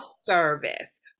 service